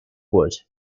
would